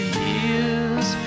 years